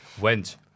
went